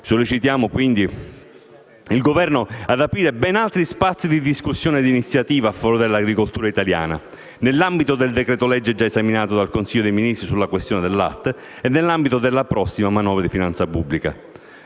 Sollecitiamo quindi il Governo ad aprire ben altri spazi di discussione e di iniziativa a favore dell'agricoltura italiana nell'ambito del decreto-legge già esaminato dal Consiglio dei ministri sulla questione del latte e nell'ambito della prossima manovra di finanza pubblica.